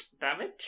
damage